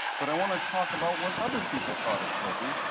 but i want to talk about what other people thought of schultes,